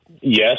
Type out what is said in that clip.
Yes